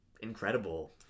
incredible